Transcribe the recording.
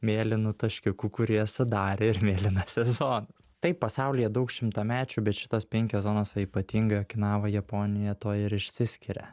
mėlynų taškiukų kurie sudarė ir mėlynąsias zo taip pasaulyje daug šimtamečių bet šitos penkios zonos o ypatingai okinava japonija tuo ir išsiskiria